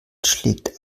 schlägt